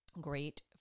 great